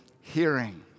hearing